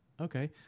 Okay